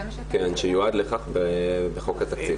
כן, שיועד לכך בחוק התקציב.